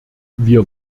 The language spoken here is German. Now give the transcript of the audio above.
wir